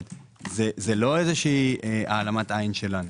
זה לא העלמת עין שלנו.